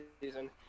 season